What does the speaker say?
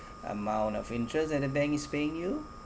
amount of interests that the bank is paying you